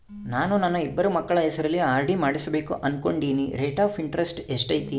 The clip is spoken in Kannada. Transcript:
ನಾನು ನನ್ನ ಇಬ್ಬರು ಮಕ್ಕಳ ಹೆಸರಲ್ಲಿ ಆರ್.ಡಿ ಮಾಡಿಸಬೇಕು ಅನುಕೊಂಡಿನಿ ರೇಟ್ ಆಫ್ ಇಂಟರೆಸ್ಟ್ ಎಷ್ಟೈತಿ?